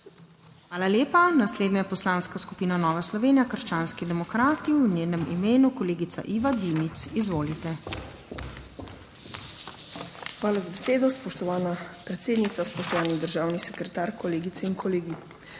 Hvala lepa. Naslednja poslanska skupina, Nova Slovenija, krščanski demokrati, v njenem imenu kolegica Iva Dimic. Izvolite. IVA DIMIC (PS NSi): Hvala za besedo, spoštovana predsednica. Spoštovani državni sekretar, kolegice in kolegi!